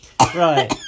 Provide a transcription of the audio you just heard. right